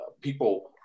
people